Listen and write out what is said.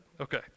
okay